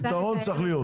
פתרון צריך להיות.